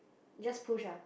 just push ah